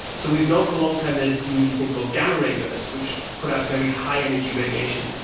so we've known for a long time there's been these things called gamma ray bursts which put out very high energy radiation.